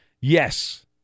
Yes